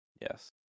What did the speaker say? Yes